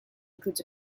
includes